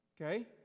Okay